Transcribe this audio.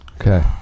Okay